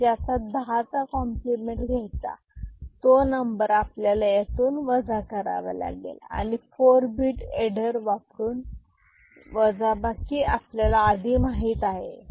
आणि ज्याचा दहाचा कॉम्प्लिमेंट घ्यायचा तो नंबर आपल्याला यातून वजा करावा लागेल आणि 4 bit एडर वापरून वजाबाकी आपल्याला आधी माहित आहे